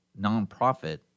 nonprofit